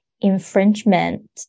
infringement